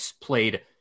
played